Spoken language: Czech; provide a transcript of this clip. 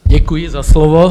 Děkuji za slovo.